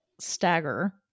stagger